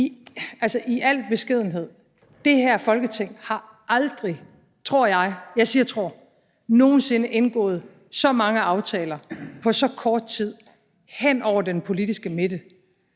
i al beskedenhed: Det her Folketing har aldrig, tror jeg – jeg siger »tror« – nogen sinde indgået så mange aftaler på så kort tid hen over den politiske midte.